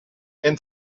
and